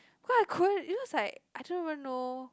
what a it looks like I don't even know